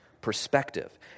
perspective